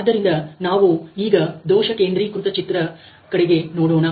ಆದ್ದರಿಂದ ನಾವು ಈಗ ದೋಷ ಕೇಂದ್ರೀಕೃತ ಚಿತ್ರ ಕಡೆಗೆ ನೋಡೋಣ